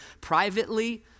privately